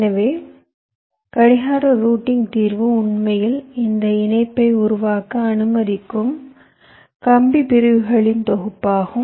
எனவே கடிகார ரூட்டிங் தீர்வு உண்மையில் இந்த இணைப்பை உருவாக்க அனுமதிக்கும் கம்பி பிரிவுகளின் தொகுப்பாகும்